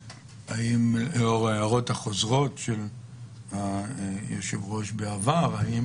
לאור ההערות החוזרות של היושב-ראש בעבר, האם